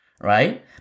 right